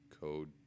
code